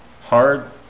hard